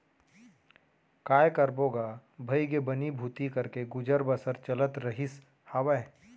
काय करबो गा भइगे बनी भूथी करके गुजर बसर चलत रहिस हावय